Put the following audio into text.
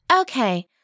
Okay